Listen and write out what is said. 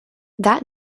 that